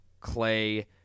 Clay